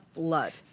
blood